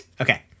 Okay